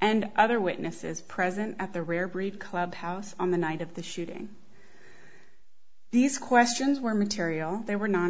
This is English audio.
and other witnesses present at the rare breed club house on the night of the shooting these questions were material they were no